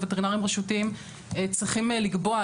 הווטרינרים הרשותיים צריכים לקבוע,